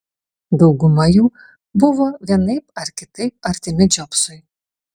dauguma jų buvo vienaip ar kitaip artimi džobsui